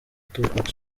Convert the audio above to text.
tupac